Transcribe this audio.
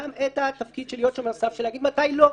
יש לו גם תפקיד להיות שומר הסף ולהגיד מתי לא,